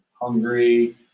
hungry